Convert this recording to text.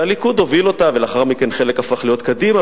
שהליכוד הוביל אותה ולאחר מכן חלק הפך להיות קדימה,